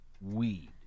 weed